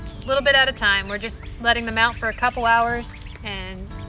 little bit at a time we're just letting them out for a couple hours and